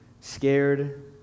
scared